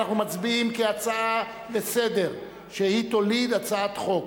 אנחנו מצביעים על הצעה לסדר-היום שתוליד הצעת חוק.